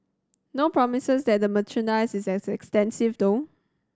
no promises that the merchandise is as extensive though